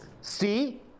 See